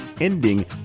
ending